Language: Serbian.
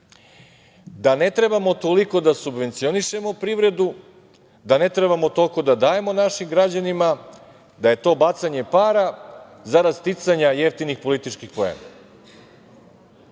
da ne trebamo toliko da subvencionišemo privredu, da ne trebamo toliko da dajemo našim građanima, da je to bacanje para, za rad sticanja jeftinih političkih poena.